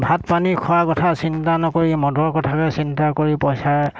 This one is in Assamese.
ভাত পানী খোৱাৰ কথা চিন্তা নকৰি মদৰ কথাকে চিন্তা কৰি পইচা